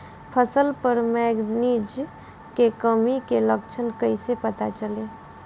फसल पर मैगनीज के कमी के लक्षण कईसे पता चली?